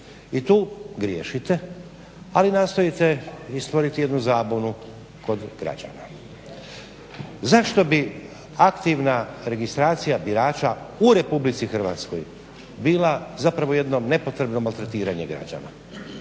i tu griješite, ali nastojite i stvoriti jednu zabunu kod građana. Zašto bi aktivna registracija birača u Republici Hrvatskoj bila zapravo jedno nepotrebno maltretiranje građana?